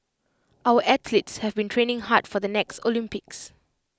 our athletes have been training hard for the next Olympics